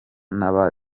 n’aba